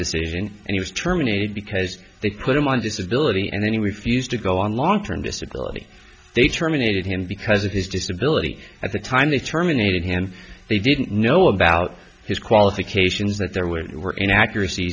decision and he was terminated because they put him on disability and then he refused to go on long term disability they terminated him because of his disability at the time they terminated him they didn't know about his qualifications that there were any accurac